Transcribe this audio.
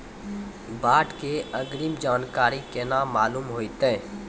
बाढ़ के अग्रिम जानकारी केना मालूम होइतै?